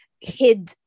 hid